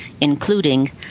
including